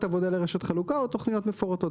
עבודה לרשות חלוקה או תוכניות מפורטות.